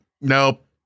nope